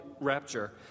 rapture